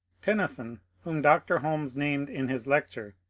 tennyson, whom dr. holmes named in his lecture,